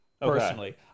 personally